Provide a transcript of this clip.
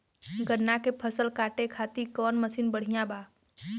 गन्ना के फसल कांटे खाती कवन मसीन बढ़ियां बा?